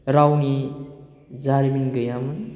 रावनि जारिमिन गैयामोन